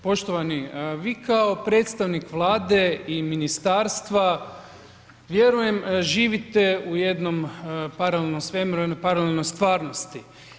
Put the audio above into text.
Poštovani, vi kao predstavnik Vlade i ministarstva vjerujem živite u jednom paralelnom svemiru u jednoj paralelnoj stvarnosti.